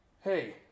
Hey